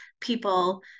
people